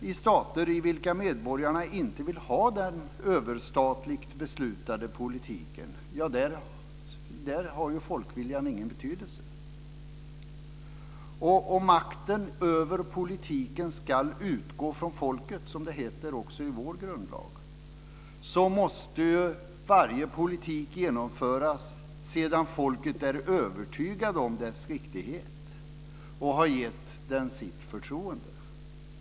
I stater i vilka medborgarna inte vill ha den överstatligt beslutade politiken har folkviljan ingen betydelse. Om makten över politiken ska utgå från folket, som det heter också i vår grundlag, måste varje politik genomföras sedan folket är övertygat om dess riktighet och har gett den sitt förtroende.